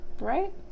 Right